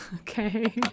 Okay